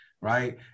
right